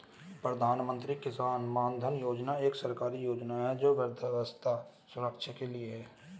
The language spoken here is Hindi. प्रधानमंत्री किसान मानधन योजना एक सरकारी योजना है जो वृद्धावस्था सुरक्षा के लिए है